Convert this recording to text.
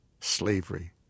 slavery